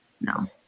no